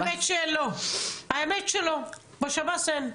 האמת שלא, בשב"ס אין.